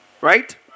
Right